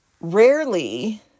Rarely